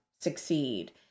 succeed